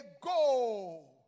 go